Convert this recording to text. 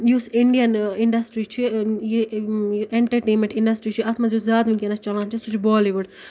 یُس Indian industry چھِ یہِ اٮ۪نٹَرٹینمٮ۪نٛٹ اِنڈَسٹِرٛی چھِ اَتھ منٛز یۄس زیادٕ وٕنکٮ۪نَس چَلان چھِ سُہ چھِ بولیٖوُڈ